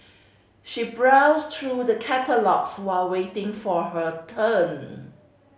she browsed through the catalogues while waiting for her turn